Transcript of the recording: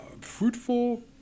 fruitful